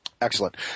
Excellent